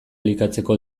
elikatzeko